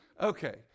Okay